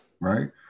Right